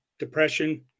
depression